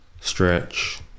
stretch